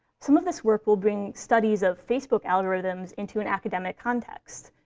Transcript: some of this work will bring studies of facebook algorithms into an academic context.